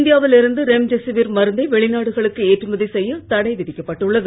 இந்தியாவில் இருந்து ரெம்டெசிவிர் மருந்தை வெளிநாடுகளுக்கு ஏற்றுமதி செய்ய தடை விதிக்கப்பட்டுள்ளது